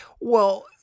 Well-